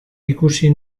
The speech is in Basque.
ikusi